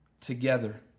together